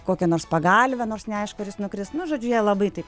kokią nors pagalvę nors neaišku ar jis nukris nu žodžiu jie labai taip